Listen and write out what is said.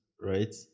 right